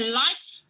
life